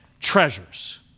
treasures